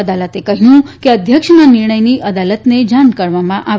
અદાલતે કહ્યું કે અધ્યક્ષના નિર્ણયની અદાલતને જાણ કરવામાં આવે